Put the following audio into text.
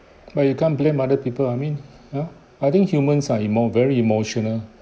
but you can't blame other people I mean !huh! I think humans are emo~ very emotional